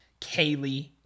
Kaylee